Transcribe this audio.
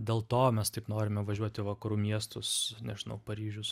dėl to mes taip norime važiuot į vakarų miestus nežinau paryžius